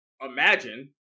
imagine